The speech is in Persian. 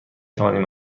توانیم